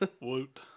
Woot